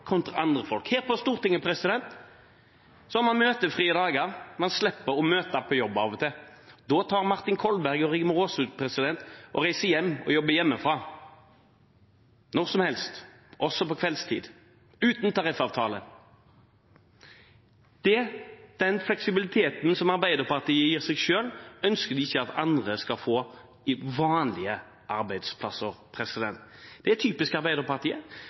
andre folk. Her på Stortinget har man møtefrie dager. Man slipper å møte på jobb av og til. Da tar Martin Kolberg og Rigmor Aasrud og reiser hjem og jobber hjemmefra, når som helst, også på kveldstid, uten tariffavtale. Den fleksibiliteten som Arbeiderpartiet gir seg selv, ønsker de ikke at andre skal få, på vanlige arbeidsplasser. Det er typisk Arbeiderpartiet.